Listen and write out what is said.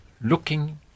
looking